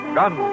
gun